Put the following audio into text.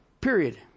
period